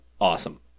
awesome